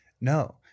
no